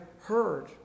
heard